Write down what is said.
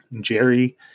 Jerry